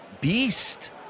beast